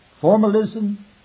Formalism